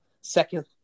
second